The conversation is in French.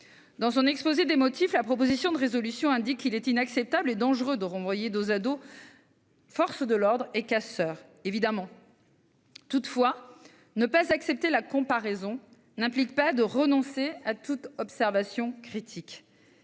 Dans son exposé des motifs, la proposition de résolution indique qu'il est « inacceptable et dangereux de renvoyer dos à dos forces de l'ordre et casseurs ». Évidemment ! Toutefois, ne pas accepter la comparaison n'implique pas de renoncer à toute observation critique.